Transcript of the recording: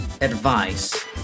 advice